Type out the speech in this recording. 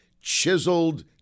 Chiseled